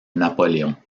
napoléon